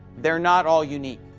they are not all unique.